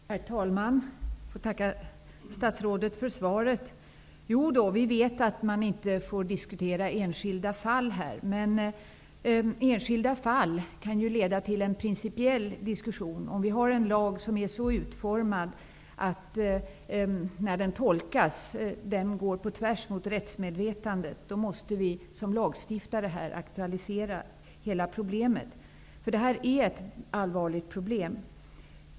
Herr talman! Jag tackar statsrådet för svaret. Jo, vi vet att vi inte får diskutera enskilda fall här. Men enskilda fall kan ju leda till en principiell diskussion. Har vi en lag som är så utformad att den när den tolkas går på tvärs mot rättsmedvetandet, måste vi såsom lagstiftare aktualisera hela problemet -- för detta är ett allvarligt problem.